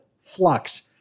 Flux